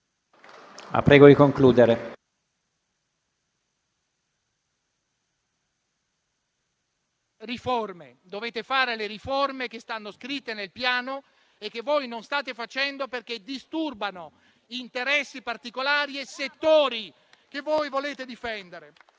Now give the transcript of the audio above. La prego di concludere,